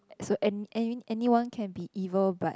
so an any anyone can be evil but